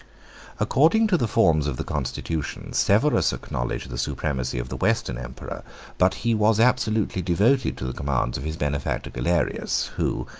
according to the forms of the constitution, severus acknowledged the supremacy of the western emperor but he was absolutely devoted to the commands of his benefactor galerius, who,